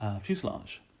fuselage